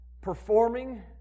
performing